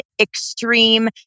extreme